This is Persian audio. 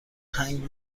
هنگ